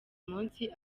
munsi